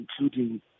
including